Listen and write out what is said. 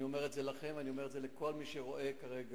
אני אומר את זה לכם ואני אומר את זה לכל מי שרואה ושומע